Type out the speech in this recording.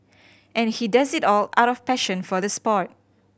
and he does it all out of passion for the sport